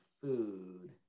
food